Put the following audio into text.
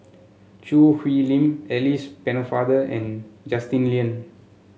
Choo Hwee Lim Alice Pennefather and Justin Lean